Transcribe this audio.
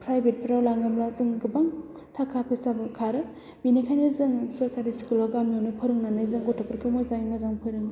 प्रायभेटफ्राव लाङोबा जों गोबां थाखा फैसाबो खारो बेनिखायनो जों सोरखारि स्खुलाव गामियावनो फोरोंनानै जों गथ'फोरखौ मोजाङै मोजां फोरोङो